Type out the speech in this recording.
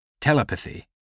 Telepathy